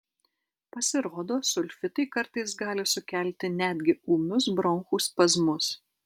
pasirodo sulfitai kartais gali sukelti netgi ūmius bronchų spazmus